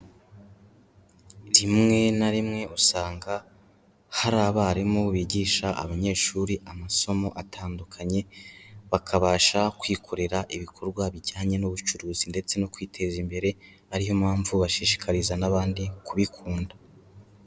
Rimwe na rimwe usanga hari abarimu bigisha abanyeshuri amasomo atandukanye, bakabasha kwikorera ibikorwa bijyanye n'ubucuruzi ndetse no kwiteza imbere, ari yo mpamvu bashishikariza n'abandi kubikunda.